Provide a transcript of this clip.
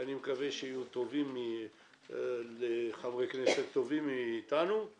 ואני מקווה שיהיו חברי כנסת טובים מאיתנו, הם